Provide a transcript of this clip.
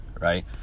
right